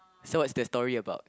so what's the story about